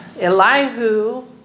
Elihu